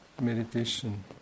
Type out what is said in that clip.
Meditation